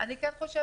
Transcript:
אני כן חושבת,